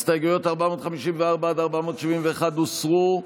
הסתייגויות 457 471 הוסרו.